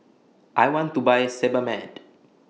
I want to Buy Sebamed